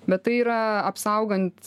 bet tai yra apsaugant